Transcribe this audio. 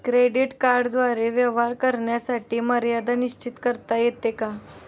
Credit कार्डद्वारे व्यवहार करण्याची मर्यादा निश्चित करता येते का?